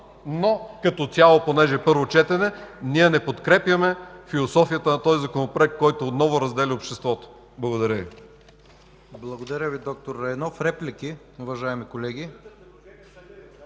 Но като цяло, понеже е първо четене, ние не подкрепяме философията на този Законопроект, който отново разделя обществото. Благодаря Ви.